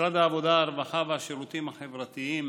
משרד העבודה, הרווחה והשירותים החברתיים